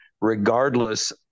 regardless